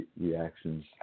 reactions